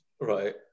right